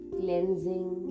cleansing